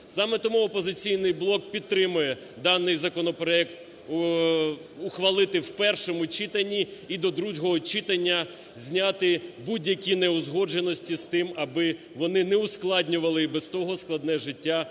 Саме тому "Опозиційний блок" підтримує даний законопроект ухвалити в першому читанні і до другого читання зняти будь-які неузгодженості з тим, аби вони не ускладнювали і без того складне життя